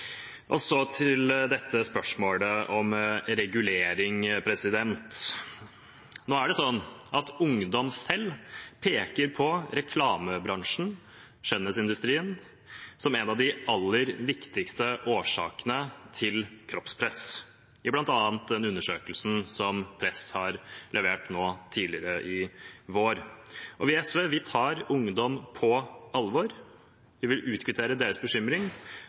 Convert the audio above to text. Så til spørsmålet om regulering: Nå er det sånn at ungdom selv peker på reklamebransjen, skjønnhetsindustrien, som en av de aller viktigste årsakene til kroppspress, bl.a. i undersøkelsen som Press leverte tidligere i vår. Vi i SV tar ungdom på alvor, vi vil utkvittere deres bekymring,